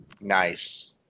Nice